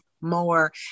more